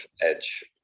edge